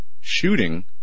shooting